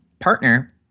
partner